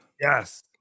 Yes